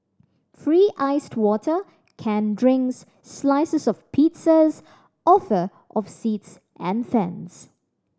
free iced water canned drinks slices of pizzas offer of seats and fans